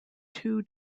two